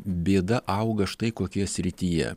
bėda auga štai kokioje srityje